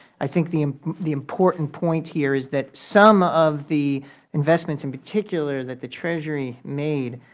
i think the the important point here is that some of the investments, in particular that the treasury made